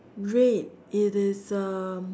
red it is um